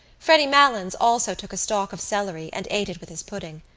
freddy malins also took a stalk of celery and ate it with his pudding.